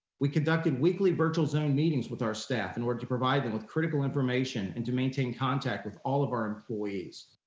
we conducted weekly virtual zoom meetings with our staff in order to provide them with critical information and to maintain contact with all of our employees.